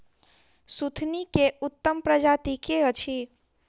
सुथनी केँ उत्तम प्रजाति केँ अछि?